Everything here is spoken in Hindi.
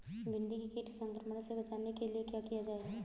भिंडी में कीट संक्रमण से बचाने के लिए क्या किया जाए?